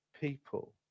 people